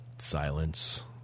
Silence